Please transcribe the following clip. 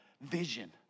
vision